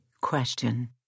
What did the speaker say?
question